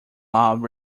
love